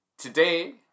Today